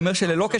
כי אם לא כן,